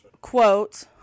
quote